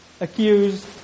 accused